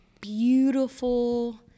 beautiful